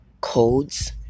codes